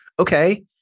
okay